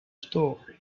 story